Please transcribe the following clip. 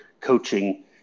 coaching